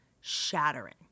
shattering